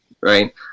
Right